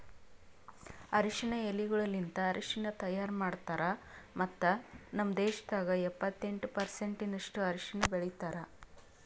ಅರಶಿನ ಎಲಿಗೊಳಲಿಂತ್ ಅರಶಿನ ತೈಯಾರ್ ಮಾಡ್ತಾರ್ ಮತ್ತ ನಮ್ ದೇಶದಾಗ್ ಎಪ್ಪತ್ತೆಂಟು ಪರ್ಸೆಂಟಿನಷ್ಟು ಅರಶಿನ ಬೆಳಿತಾರ್